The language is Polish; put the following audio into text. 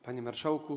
Panie Marszałku!